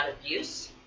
abuse